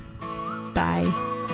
Bye